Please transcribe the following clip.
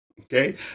okay